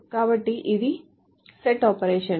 కాబట్టి ఇది set operation